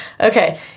Okay